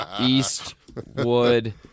Eastwood